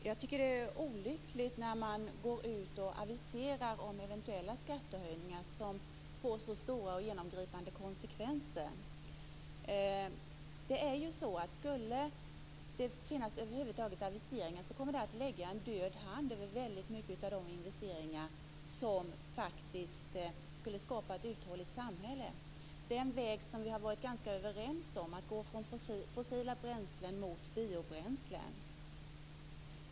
Fru talman! Jag tycker att det är olyckligt när man aviserar eventuella skattehöjningar som får så stora och genomgripande konsekvenser. Sådana aviseringar kommer att lägga en död hand över väldigt mycket av de investeringar som skulle skapa ett uthålligt samhälle. Vi har varit ganska överens om att vi skall gå från fossila bränslen mot biobränslen.